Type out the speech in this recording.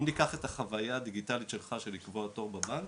אם ניקח את החוויה הדיגיטלית שלך של לקבוע תור בבנק,